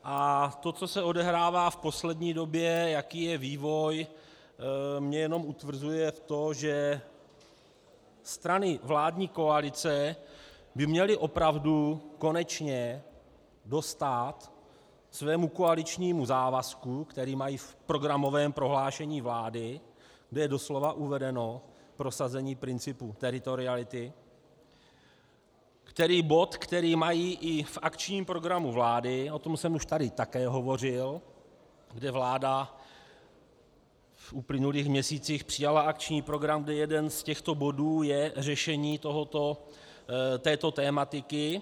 A to, co se odehrává v poslední době, jaký je vývoj, mě jenom utvrzuje v tom, že strany vládní koalice by měly opravdu konečně dostát svému koaličnímu závazku, který mají v programovém prohlášení vlády, kde je doslova uvedeno prosazení principů teritoriality, bod, který mají i v akčním programu vlády, o tom jsem už tady také hovořil, kde vláda v uplynulých měsících přijala akční program, kde jeden z těch bodů je řešení této tematiky.